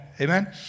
Amen